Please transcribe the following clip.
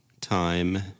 time